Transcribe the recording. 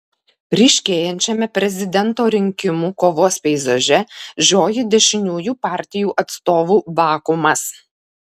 ryškėjančiame prezidento rinkimų kovos peizaže žioji dešiniųjų partijų atstovų vakuumas